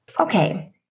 Okay